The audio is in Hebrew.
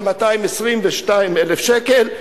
ב-222,000 שקל,